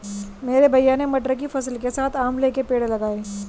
मेरे भैया ने मटर की फसल के साथ आंवला के पेड़ लगाए हैं